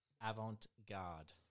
Avant-garde